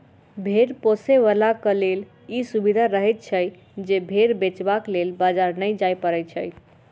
भेंड़ पोसयबलाक लेल ई सुविधा रहैत छै जे भेंड़ बेचबाक लेल बाजार नै जाय पड़ैत छै